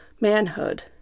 manhood